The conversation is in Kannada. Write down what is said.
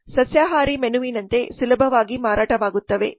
Donald ಸಸ್ಯಾಹಾರಿ ಮೆನುವಿನಂತೆ ಸುಲಭವಾಗಿ ಮಾರಾಟವಾಗುತ್ತವೆ